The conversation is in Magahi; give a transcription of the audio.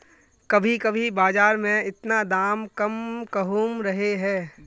कभी कभी बाजार में इतना दाम कम कहुम रहे है?